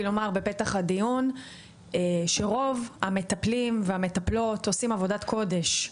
לומר בפתח הדיון שרוב המטפלים והמטפלות עושים עבודת קודש,